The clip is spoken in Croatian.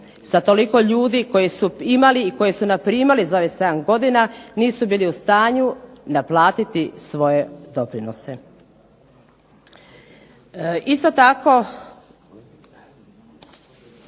sa toliko ljudi koji su imali i koji su primali za ovih 7 godina, nisu bili u stanju naplatiti svoje doprinose. Isto tako